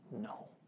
no